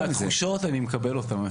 התחושות, אני מקבל אותן.